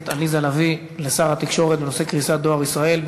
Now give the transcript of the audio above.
עליזה לביא לשר התקשורת בנושא: קריסת דואר ישראל.